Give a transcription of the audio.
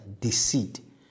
deceit